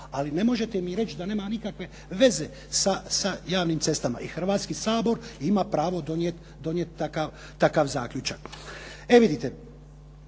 ali ne možete mi reći da nema nikakve veza sa javnim cestama i Hrvatski sabor ima pravo donijeti takav zaključak. E vidite,